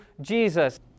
Jesus